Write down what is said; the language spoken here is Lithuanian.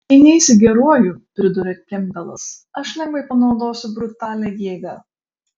jei neisi geruoju priduria kempbelas aš lengvai panaudosiu brutalią jėgą